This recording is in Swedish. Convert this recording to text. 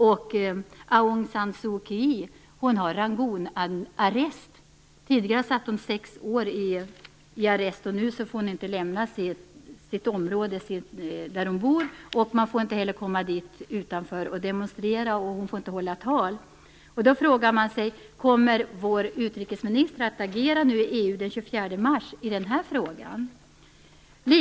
Aung San Suu Kyi sitter så att säga i kommunarrest. Tidigare satt hon i arrest i sex år, och nu får hon inte lämna det område där hon bor. Man får inte heller komma dit och demonstrera där utanför, och hon får inte hålla tal. Då frågar man sig: Kommer vår utrikesminister att agera nu i EU den 24 mars i den här frågan?